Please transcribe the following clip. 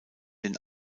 den